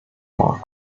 mark